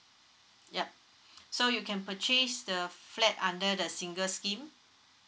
yup so you can purchase the flat under the single scheme